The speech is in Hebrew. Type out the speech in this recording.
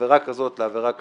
עבירה כזאת לעבירה כזאת,